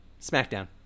SmackDown